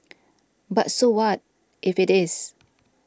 but so what if it is